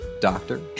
doctor